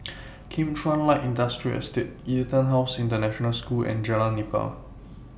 Kim Chuan Light Industrial Estate Etonhouse International School and Jalan Nipah